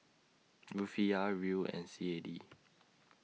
Rufiyaa Riel and C A D